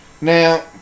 Now